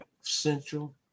Central